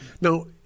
Now